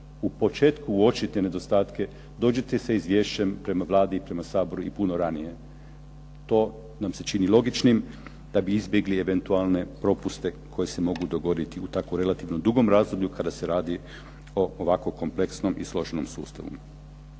u početku uočite nedostatke, dođite sa izvješćem prema Vladi i prema Saboru i puno ranije. To nam se čini logičnim da bi izbjegli eventualne propuste koji se mogu dogoditi u tako relativno dugom razdoblju kada se radi o ovako kompleksnom i složenom sustavu.